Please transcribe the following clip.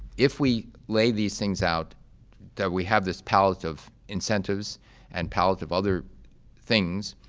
if we lay these things out that we have this pallet of incentives and pallet of other things,